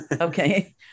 Okay